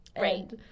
right